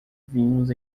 vinhos